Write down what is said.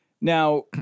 Now